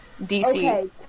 DC